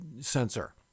sensor